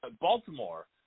Baltimore